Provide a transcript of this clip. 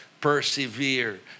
persevere